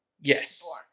Yes